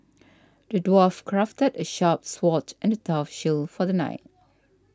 the dwarf crafted a sharp sword and a tough shield for the knight